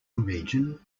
region